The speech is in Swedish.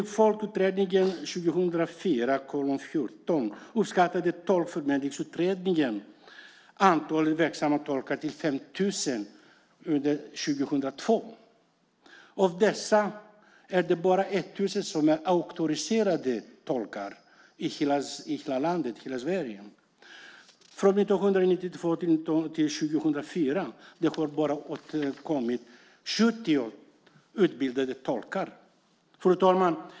Tolkförmedlingsutredningen uppskattade antalet verksamma tolkar till 5 000 under 2002. Av dessa är det bara 1 000 som är auktoriserade tolkar i hela Sverige. Från 1992 till 2004 har det bara tillkommit 70 utbildade tolkar. Fru talman!